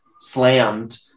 slammed